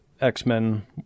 X-Men